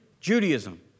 Judaism